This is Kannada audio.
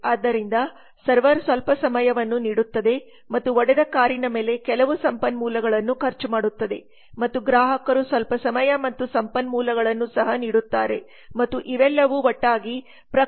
ಆದ್ದರಿಂದ ಸರ್ವರ್ ಸ್ವಲ್ಪ ಸಮಯವನ್ನು ನೀಡುತ್ತದೆ ಮತ್ತು ಒಡೆದ ಕಾರಿನ ಮೇಲೆ ಕೆಲವು ಸಂಪನ್ಮೂಲಗಳನ್ನು ಖರ್ಚು ಮಾಡುತ್ತದೆ ಮತ್ತು ಗ್ರಾಹಕರು ಸ್ವಲ್ಪ ಸಮಯ ಮತ್ತು ಸಂಪನ್ಮೂಲಗಳನ್ನು ಸಹ ನೀಡುತ್ತಾರೆ ಮತ್ತು ಇವೆಲ್ಲವೂ ಒಟ್ಟಾಗಿ ಪ್ರಕ್ರಿಯೆಗೆ ಒಳಹರಿವಾಗಿರುತ್ತದೆ